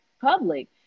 public